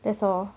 that's all